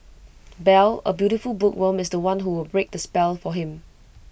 bell A beautiful bookworm is The One who will break the spell for him